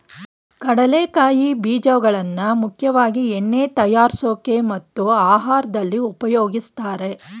ಕಡಲೆಕಾಯಿ ಬೀಜಗಳನ್ನಾ ಮುಖ್ಯವಾಗಿ ಎಣ್ಣೆ ತಯಾರ್ಸೋಕೆ ಮತ್ತು ಆಹಾರ್ದಲ್ಲಿ ಉಪಯೋಗಿಸ್ತಾರೆ